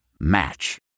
Match